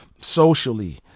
socially